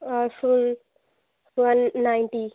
اور full one ninety